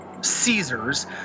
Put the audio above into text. Caesars